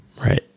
Right